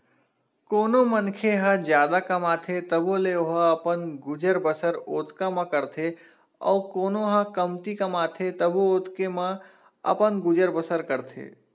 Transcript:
कोनो मनखे ह जादा कमाथे तभो ले ओहा अपन गुजर बसर ओतका म करथे अउ कोनो ह कमती कमाथे तभो ओतके म अपन गुजर बसर करथे